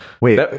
Wait